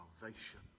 salvation